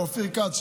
לאופיר כץ,